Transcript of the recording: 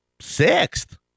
sixth